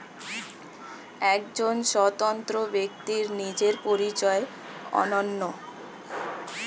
একজন স্বতন্ত্র ব্যক্তির নিজের পরিচয় অনন্য